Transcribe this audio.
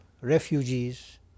refugees